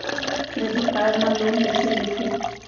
Credit card मा loan कइसे लेथे?